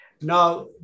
Now